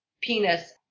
penis